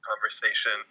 conversation